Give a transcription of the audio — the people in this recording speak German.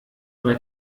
drei